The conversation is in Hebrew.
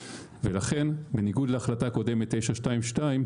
לכן, בניגוד להחלטה קודמת 922,